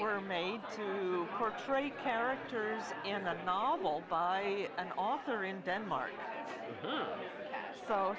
were made to portray characters in a novel by an officer in denmark so